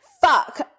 fuck